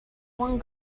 one